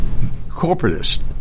corporatist